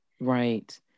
Right